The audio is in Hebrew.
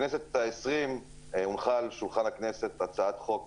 בכנסת העשרים הונחה על שולחן הכנסת הצעת חוק